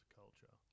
culture